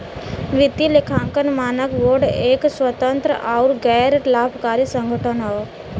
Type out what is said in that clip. वित्तीय लेखांकन मानक बोर्ड एक स्वतंत्र आउर गैर लाभकारी संगठन हौ